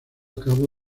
cabo